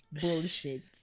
bullshit